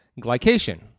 glycation